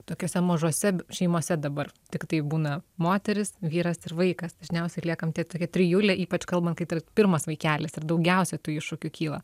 tokiose mažose šeimose dabar tiktai būna moteris vyras ir vaikas dažniausiai liekam tie tokia trijulė ypač kalbant kai tas pirmas vaikelis ir daugiausiai tų iššūkių kyla